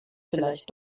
vielleicht